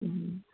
ம்